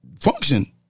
function